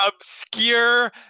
obscure